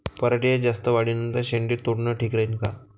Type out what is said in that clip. पराटीच्या जास्त वाढी नंतर शेंडे तोडनं ठीक राहीन का?